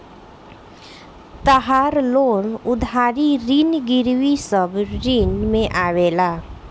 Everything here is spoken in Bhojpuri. तहार लोन उधारी ऋण गिरवी सब ऋण में आवेला